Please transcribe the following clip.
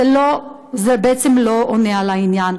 זה בעצם לא עונה על העניין.